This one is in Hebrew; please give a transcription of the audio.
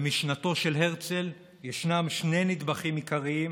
במשנתו של הרצל ישנם שני נדבכים עיקריים,